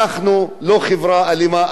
אנחנו לא חברה אלימה,